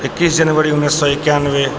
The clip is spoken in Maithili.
एकैस जनवरी उन्नैस सए एकानवे